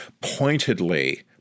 pointedly